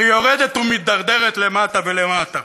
שיורדת ומידרדרת למטה ולמטה?